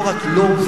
ולא רק: לא,